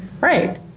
Right